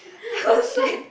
!oh shit!